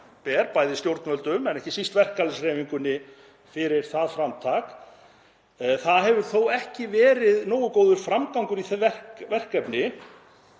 bæði stjórnvöldum en ekki síst verkalýðshreyfingunni fyrir það framtak. Það hefur þó ekki verið nógu góður framgangur í því verkefni